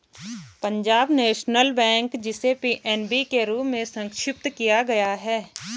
Punjab national bank, जिसे PNB के रूप में संक्षिप्त किया गया है